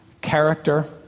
character